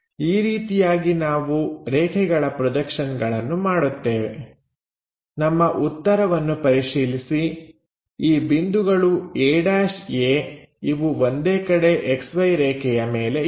ಈ ರೀತಿಯಾಗಿ ನಾವು ರೇಖೆಗಳ ಪ್ರೊಜೆಕ್ಷನ್ ಗಳನ್ನು ಮಾಡುತ್ತೇವೆ ನಮ್ಮ ಉತ್ತರವನ್ನು ಪರಿಶೀಲಿಸಿ ಈ ಬಿಂದುಗಳು a' a ಇವು ಒಂದೇ ಕಡೆ XY ರೇಖೆಯ ಮೇಲೆ ಇವೆ